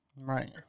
Right